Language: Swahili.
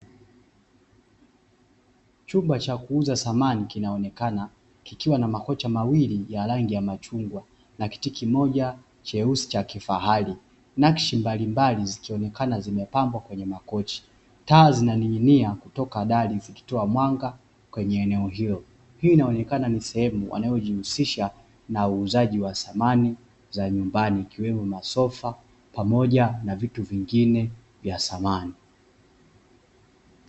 Chumba cha kuuza samani kinaonekana kikiwa na makochi mawili ya rangi ya machungwa na kiti kimoja cheusi cha kifahari. Nakshi mbalimbali zikionekana zimepambwa kwenye makochi, taa zinaning'inia kutoka dali zikitoa mwanga kwenye eneo hilo. Hii inaonekana ni sehemu wanaojihusisha na uuzaji wa samani za nyumbani, ikiwemo masofa pamoja na vitu vingine vya samani.